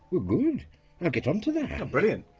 oh, good, i'll get onto that. brilliant.